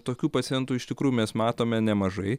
tokių pacientų iš tikrųjų mes matome nemažai